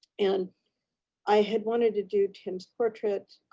and i had wanted to do tim's portrait.